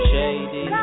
Shady